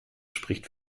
spricht